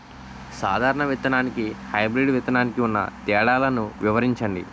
సాధారణ విత్తననికి, హైబ్రిడ్ విత్తనానికి ఉన్న తేడాలను వివరించండి?